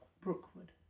Brookwood